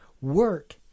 Work